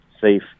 safe